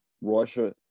Russia